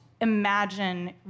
imagine